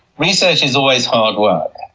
research is always hard work,